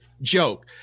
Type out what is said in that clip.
joke